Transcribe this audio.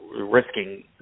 risking